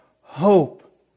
hope